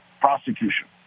Prosecution